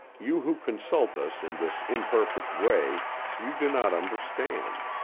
you who consult us in this imperfect way you do not understand.